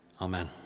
Amen